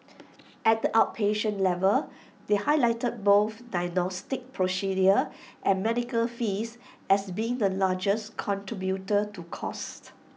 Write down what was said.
at the outpatient level they highlighted both diagnostic procedures and medical fees as being the largest contributor to costs